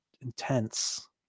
intense